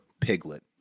piglet